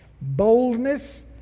Boldness